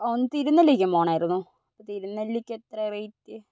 ഒന്ന് തിരുനെല്ലിക്കും പോവണമായിരുന്നു തിരുനെല്ലിക്കെത്രയാ റേറ്റ്